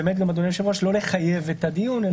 אדוני היושב-ראש, לא לחייב את הדיון.